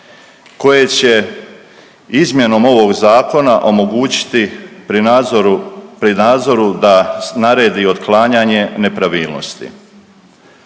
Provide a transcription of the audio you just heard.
koje će izmjenom ovog zakona omogućiti pri nadzoru, pri nadzoru da naredi otklanjanje nepravilnosti.